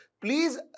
Please